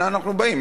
אנה אנחנו באים?